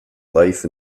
life